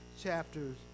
chapters